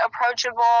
approachable